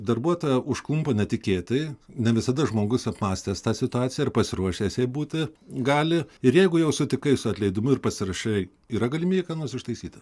darbuotoją užklumpa netikėtai ne visada žmogus apmąstęs tą situaciją ir pasiruošęs jai būti gali ir jeigu jau sutikai su atleidimu ir pasirašei yra galimybė ką nors ištaisyti